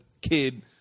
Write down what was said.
kid